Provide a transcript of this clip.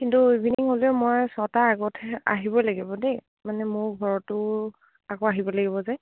কিন্তু ইভিনিং হ'লেও মই ছটা আগতহে আহিবই লাগিব দেই মানে মোৰ ঘৰতো আকৌ আহিব লাগিব যে